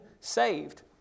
saved